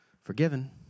forgiven